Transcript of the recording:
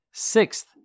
Sixth